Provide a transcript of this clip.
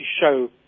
show